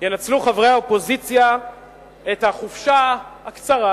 ינצלו חברי האופוזיציה את החופשה הקצרה,